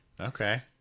okay